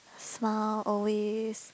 smile always